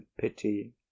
pity